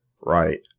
Right